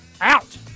out